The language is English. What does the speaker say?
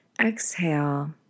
exhale